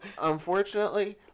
Unfortunately